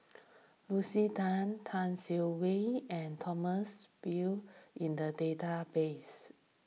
Lucy Tan Tan Siah Kwee and Thomas View in the database